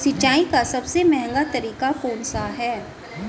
सिंचाई का सबसे महंगा तरीका कौन सा है?